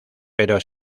pero